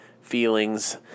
feelings